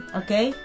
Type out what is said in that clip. okay